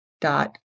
dot